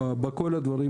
יש בעיות שקשורות לכלכלה,